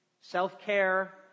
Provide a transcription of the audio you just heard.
self-care